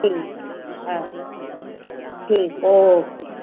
ठीकु हा ठीकु ओके